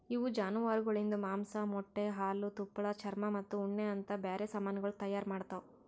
ಇವು ಜಾನುವಾರುಗೊಳಿಂದ್ ಮಾಂಸ, ಮೊಟ್ಟೆ, ಹಾಲು, ತುಪ್ಪಳ, ಚರ್ಮ ಮತ್ತ ಉಣ್ಣೆ ಅಂತ್ ಬ್ಯಾರೆ ಸಮಾನಗೊಳ್ ತೈಯಾರ್ ಮಾಡ್ತಾವ್